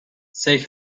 say